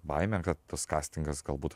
baimę kad tas kastingas galbūt